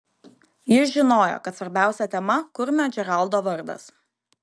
jis žinojo kad svarbiausia tema kurmio džeraldo vardas